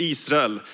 Israel